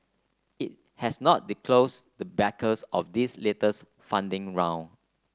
it has not disclose the backers of its latest funding round